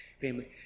family